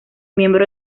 miembro